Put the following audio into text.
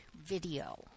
video